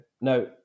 no